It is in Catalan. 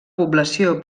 població